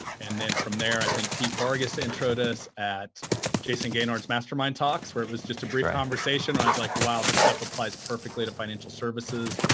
and then from there, i think pete vargas introed us at jayson gaignard's mastermind talks where it was just a brief conversation. i was like, wow, this stuff applies perfectly to financial services.